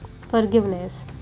Forgiveness